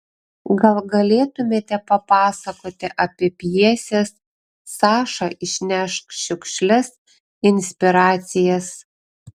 gal galėtumėte papasakoti apie pjesės saša išnešk šiukšles inspiracijas